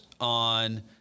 on